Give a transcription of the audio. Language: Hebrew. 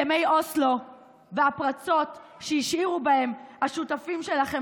הסכמי אוסלו והפרצות שהשאירו בהם השותפים שלכם